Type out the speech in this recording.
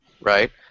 right